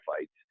fights